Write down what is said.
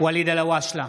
ואליד אלהואשלה,